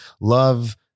love